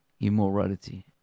immorality